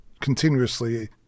continuously